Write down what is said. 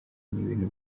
ibintu